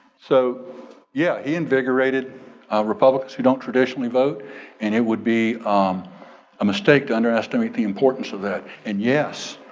so yeah, he invigorated republicans who don't traditionally vote and it would be a mistake to underestimate the importance of that. and yes,